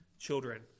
children